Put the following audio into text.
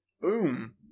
Boom